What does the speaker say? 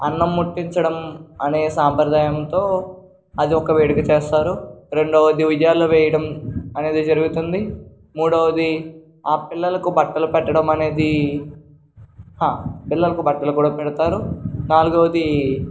అన్నం ముట్టించడం అనే సాంప్రదాయంతో అది ఒక వేడుక చేస్తారు రెండవది ఉయ్యాలో వేయడం అనేది జరుగుతుంది మూడోది ఆ పిల్లలకు బట్టలు పెట్టడం అనేది పిల్లలకు బట్టలు కూడా పెడతారు నాలుగవది